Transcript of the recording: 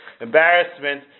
embarrassment